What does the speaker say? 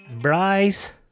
Bryce